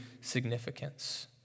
significance